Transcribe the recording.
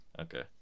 Okay